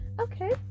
okay